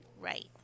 Right